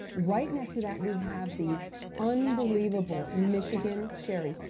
right next to that we have these unbelievable michigan cherries.